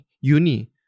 uni